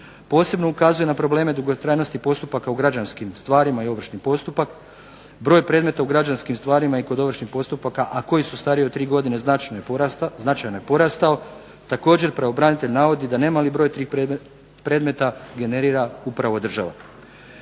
Posebno ukazuje na probleme dugotrajnosti postupaka u građanskim stvarima i ovršni postupak. Broj predmeta u građanskim stvarima i kod ovršnih postupaka, a koji su stariji od tri godine značajno je porastao. Također pravobranitelj navodi da nemali broj tih predmeta generira upravo država.